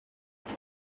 kuba